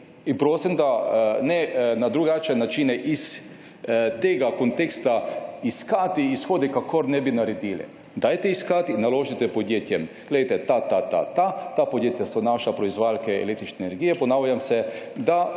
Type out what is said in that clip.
ni. Prosim, ne na drugačne načine iz tega konteksta iskati izhode, kako ne bi naredili. Dajte iskati, naložite podjetjem, glejte, ta, ta, ta, ta podjetja so naši proizvajalci električne energije in naj iščejo